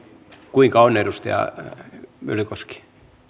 kuinka on edustaja myllykoski arvoisa puhemies